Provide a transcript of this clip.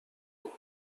with